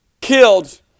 Killed